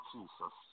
Jesus